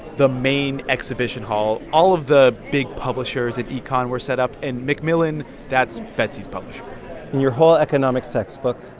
the main exhibition hall. all of the big publishers in econ were set up. and macmillan that's betsey's publisher in your whole economics textbook,